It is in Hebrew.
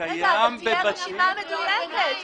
רשימה מדויקת.